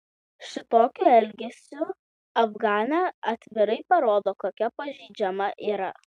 šitokiu elgesiu afganė atvirai parodo kokia pažeidžiama yra